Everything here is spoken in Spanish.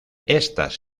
estas